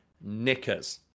knickers